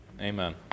Amen